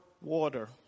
water